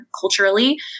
culturally